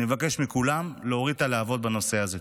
אני מבקש מכולם להוריד את הלהבות בנושא הזה.